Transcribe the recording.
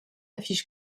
affiche